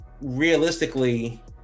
realistically